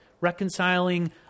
reconciling